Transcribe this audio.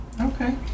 okay